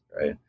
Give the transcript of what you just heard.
right